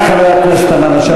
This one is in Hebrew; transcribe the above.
חברת הכנסת תמנו-שטה.